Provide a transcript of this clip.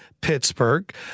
Pittsburgh